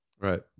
Right